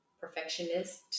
perfectionist